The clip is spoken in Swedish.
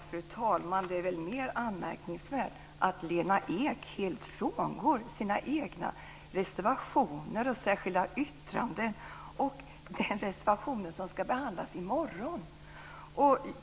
Fru talman! Det är väl mer anmärkningsvärt att Lena Ek helt frångår sina egna reservationer och särskilda yttrande och de reservationer som ska behandlas.